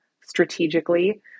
strategically